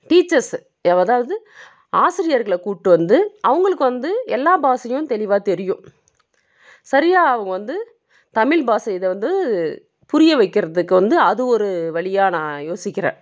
teachers யவ அதாவது ஆசிரியர்களை கூட்டு வந்து அவங்களுக்கு வந்து எல்லா பாஷையும் தெளிவாக தெரியும் சரியாக அவங்க வந்து தமிழ் பாஷை இதை வந்து புரிய வைக்கிறதுக்கு வந்து அது ஒரு வழியாக நான் யோசிக்கிறேன்